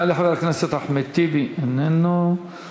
יעלה חבר הכנסת אחמד טיבי, איננו.